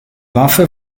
waffe